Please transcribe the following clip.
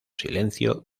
silencio